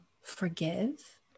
forgive